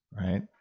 right